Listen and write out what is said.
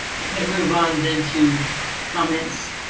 we can move on then to comments.